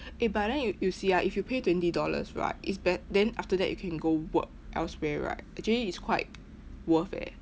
eh but then you you see ah if you pay twenty dollars right it's bet~ then after that you can go work elsewhere right actually it's quite worth eh